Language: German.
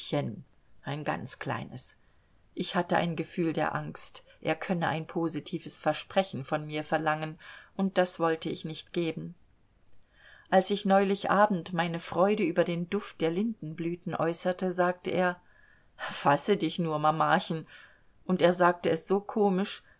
ein ganz kleines ich hatte ein gefühl der angst er könne ein positives versprechen von mir verlangen und das wollte ich nicht geben als ich neulich abend meine freude über den duft der lindenblüten äußerte sagte er fasse dich nur mamachen und er sagte es so komisch